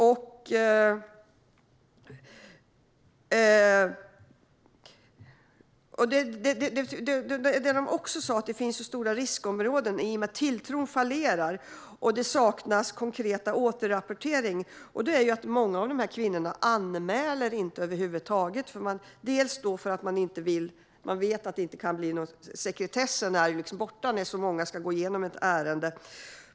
Som kvinnorna också sa finns det stora riskområden i och med att tilltron fallerar och det saknas konkreta återrapporteringar. Många av dessa kvinnor anmäler över huvud taget inte för att man vet att sekretessen försvinner när det är så många som ska gå igenom ett ärende.